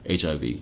HIV